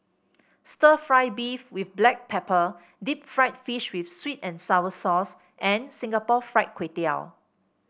stir fry beef with Black Pepper Deep Fried Fish with sweet and sour sauce and Singapore Fried Kway Tiao